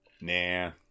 Nah